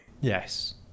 Yes